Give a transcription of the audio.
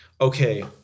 okay